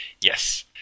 Yes